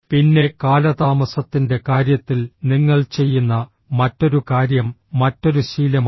പിന്നെ കാലതാമസത്തിന്റെ കാര്യത്തിൽ നിങ്ങൾ ചെയ്യുന്ന മറ്റൊരു കാര്യം മറ്റൊരു ശീലമാണ്